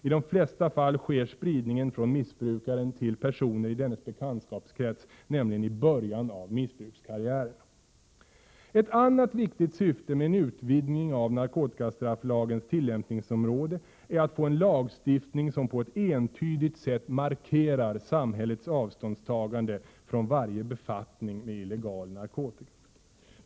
I de flesta fall sker nämligen spridningen från missbrukaren till personer i dennes bekantskapskrets i början av missbrukskarriären. Ett annat viktigt syfte med en utvidgning av narkotikastrafflagens tillämpningsområde är att få en lagstiftning som på ett entydigt sätt markerar samhällets avståndstagande från varje befattning med illegal narkotika.